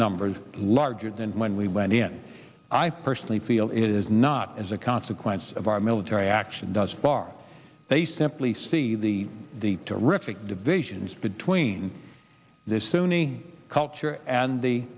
numbers larger than when we went in i personally feel it is not as a consequence of our military action does bar they simply see the deep terrific divisions between this sunni culture and the